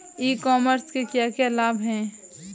ई commerce के क्या क्या लाभ हैं?